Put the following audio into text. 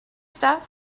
stuff